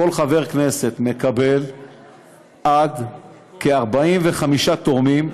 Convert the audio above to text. כל חבר כנסת מקבל עד כ-45 תורמים,